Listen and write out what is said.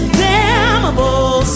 damnable